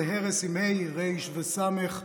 זה הרס בה"א, רי"ש וסמ"ך,